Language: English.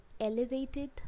elevated